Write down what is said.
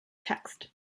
text